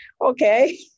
okay